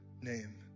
name